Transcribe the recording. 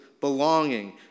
belonging